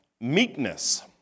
meekness